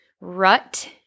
rut